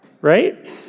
right